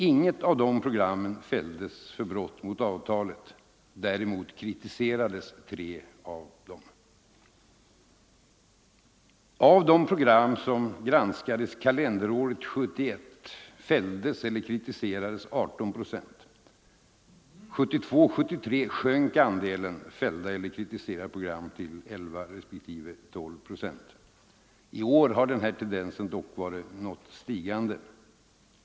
Inget av dessa program frågor fälldes för brott mot avtalet. Däremot kritiserades tre av dem. Av de program som granskades kalenderåret 1971 fälldes eller kritiserades 18 procent. 1972 och 1973 sjönk andelen fällda eller kritiserade program till 11 respektive 12 procent. I år har tendensen dock varit stigande.